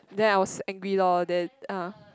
then I was angry lor then ah